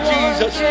Jesus